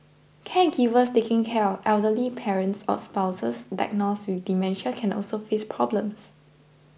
caregivers taking care of elderly parents or spouses diagnosed with dementia can also face problems